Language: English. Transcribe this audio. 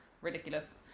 ridiculous